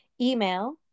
email